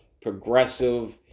progressive